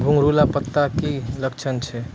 घुंगरीला पत्ता के की लक्छण छै?